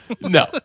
no